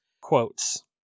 quotes